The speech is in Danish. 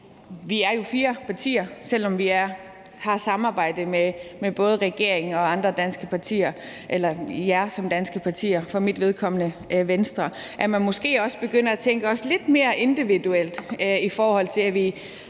Vi er jo fire partier, og selv om vi har samarbejde med både regeringen og andre danske partier, for mit vedkommende Venstre, tænker jeg, at man måske også skal begynde at tænke lidt mere individuelt, i forhold til at vi